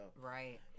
Right